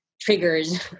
triggers